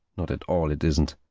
not at all, it isn't.